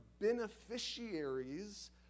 beneficiaries